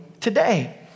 today